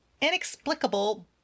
inexplicable